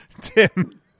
Tim